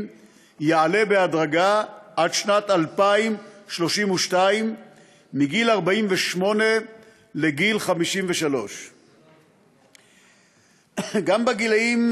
יעלה בהדרגה עד שנת 2032 מגיל 48 לגיל 53. גם בגילאים